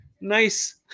nice